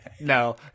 No